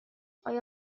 آیا